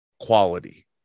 quality